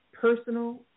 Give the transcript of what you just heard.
personal